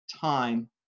time